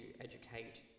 educate